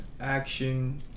Action